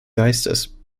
geistes